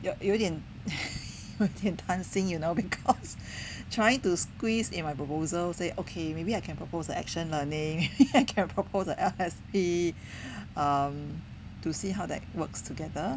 有有 有一点担心 you know because trying to squeeze in my proposal say okay maybe I can propose the action learning maybe I can propose he L_S_P to see how that works together